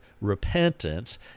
repentance